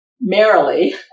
merrily